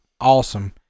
awesome